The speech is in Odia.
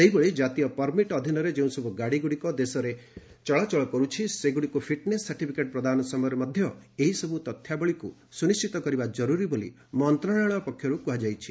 ସେହିଭଳି ଜାତୀୟ ପରମିଟ୍ ଅଧୀନରେ ଯେଉଁସବୁ ଗାଡ଼ିଗୁଡ଼ିକ ଦେଶରେ ଚଳାଚଳ କରୁଛି ସେଗୁଡ଼ିକୁ ଫିଟ୍ନେସ୍ ସାର୍ଟିଫିକେଟ୍ ପ୍ରଦାନ ସମୟରେ ମଧ୍ୟ ଏହି ସବୁ ତଥ୍ୟାବଳୀକୁ ସୁନଶ୍ଚିତ କରିବା ଜରୁରୀ ବୋଲି ମନ୍ତ୍ରଶାଳୟ ପକ୍ଷରୁ କୁହାଯାଇଛି